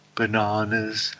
bananas